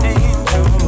angel